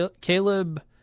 Caleb